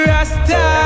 Rasta